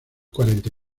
cuarenta